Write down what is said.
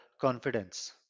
confidence